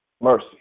Mercy